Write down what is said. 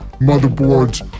motherboards